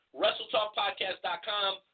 WrestletalkPodcast.com